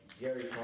Gary